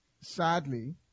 sadly